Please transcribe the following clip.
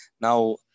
Now